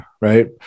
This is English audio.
right